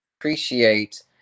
appreciate